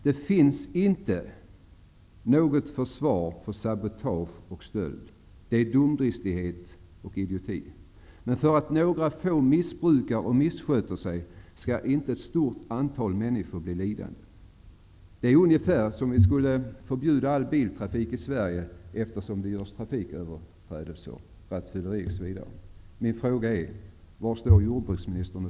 Det finns inte något försvar för sabotage och stöld: det är dumdristighet och idioti. Men för att några få missbrukar och missköter sig skall inte ett stort antal människor bli lidande. Det är ungefär som om vi skulle förbjuda all biltrafik i Sverige eftersom det förekommer trafiköverträdelser, rattfylleri, osv.